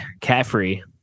Caffrey